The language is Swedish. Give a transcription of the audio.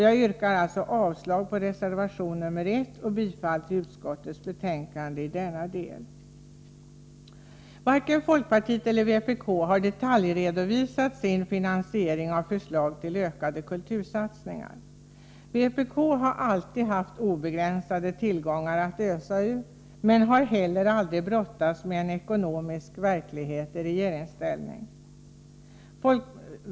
Jag yrkar alltså avslag på reservation 1 och bifall till utskottets hemställan i denna del. Varken folkpartiet eller vpk har detaljredovisat sin finansiering av förslag till ökade kultursatsningar. Vpk har alltid haft obegränsade tillgångar att ösa ur men har heller aldrig brottats med en ekonomisk verklighet i regeringsställning.